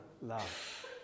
love